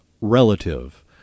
relative